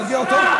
תפסיק לדבר סרה.